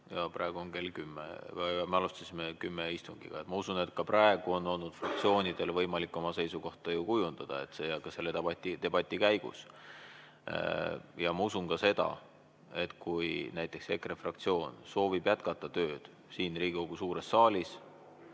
arutelu oli meil kell 9 ja me alustasime kell 10 istungit. Ma usun, et ka praegu on olnud fraktsioonidel võimalik oma seisukohta kujundada selle debati käigus, ja ma usun ka seda, et kui näiteks EKRE fraktsioon soovib jätkata tööd siin Riigikogu suures saalis,